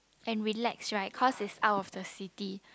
and relax right cause it is out of the city